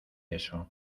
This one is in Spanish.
eso